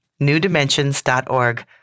newdimensions.org